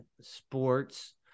sports